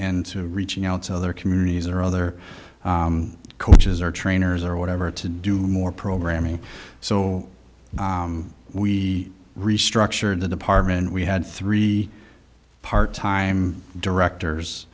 to reaching out to other communities or other coaches or trainers or whatever to do more programming so we restructured the department we had three part time directors